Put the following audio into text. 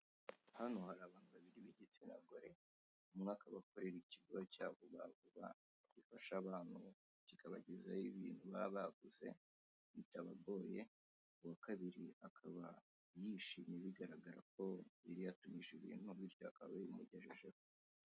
Hano hari abantu babiri b'igitsina gore, umwe akaba korera ikigo cya vuba vuba gifasha abantu kikabagezaho ibintu baba baguze bitabagoye, uwa kabiri akaba yishimye bigaragara ko yari yatumije ibintu bityo bakaba babimugejejeho.